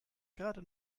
gerade